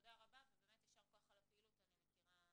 תודה רבה, ויישר כוח על הפעילות, אני מכירה אותה.